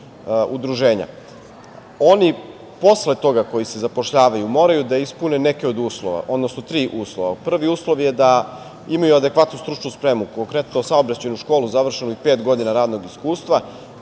se posle toga zapošljavaju moraju da ispune neke od uslova, odnosno tri uslova. Prvi uslov je da da imaju adekvatnu stručnu spremu, konkretno završenu saobraćajnu školu i pet godina radnog iskustva